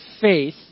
faith